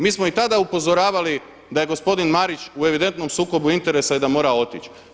Mi smo i tada upozoravali da je gospodin Marić u evidentnom sukobu interesa i da mora otići.